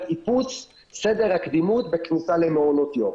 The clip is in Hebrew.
טיפוס סדר הקדימות בכניסה למעונות יום.